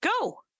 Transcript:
go